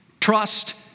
trust